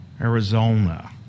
Arizona